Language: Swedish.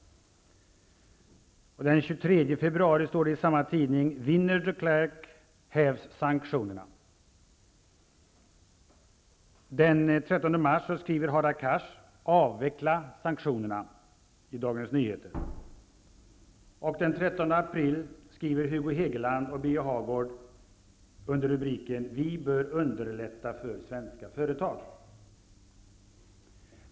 Den 23 februari står det i samma tidning: ''Vinner de Klerk hävs sanktionerna''. Den 13 mars skriver Hadar Cars i Dagens Nyheter: Hagård under rubriken ''Vi bör underlätta för svenska företag''.